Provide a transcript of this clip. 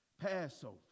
Passover